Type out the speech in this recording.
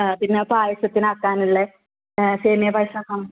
പിന്നെ പായസത്തിനാക്കാനുള്ള സേമിയപ്പായസം ആക്കണം